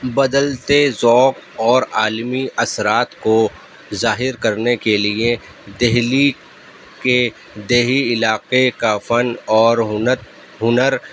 بدلتے ذوق اور عالمی اثرات کو ظاہر کرنے کے لیے دہلی کے دیہی علاقے کا فن اور ہنر ہنر